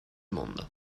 mundo